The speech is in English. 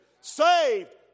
saved